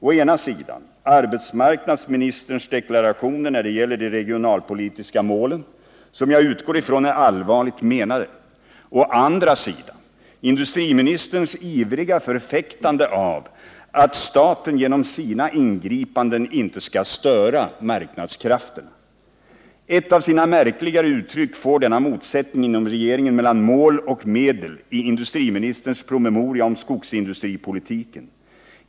Å ena sidan har vi arbetsmarknadsministerns deklarationer när det gäller de regionalpolitiska målen, som jag utgår ifrån är allvarligt menade. Å andra sidan har vi industriministerns ivriga förfäktande av att staten genom sina ingripanden inte skall störa marknadskrafterna. Ett av sina märkligare uttryck får denna motsättning inom regeringen mellan mål och medel i industriministerns promemoria om skogsindustripolitiken.